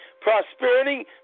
prosperity